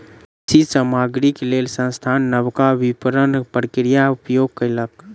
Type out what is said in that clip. कृषि सामग्रीक लेल संस्थान नबका विपरण प्रक्रियाक उपयोग कयलक